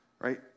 right